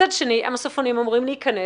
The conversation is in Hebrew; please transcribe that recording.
מצד שני, המסופונים אמורים להיכנס